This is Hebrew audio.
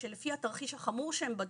שלפי התרחיש החמור שהם בדקו,